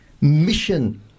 Mission